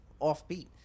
offbeat